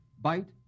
Bite